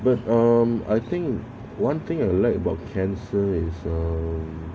but um I think one thing I like about cancer rates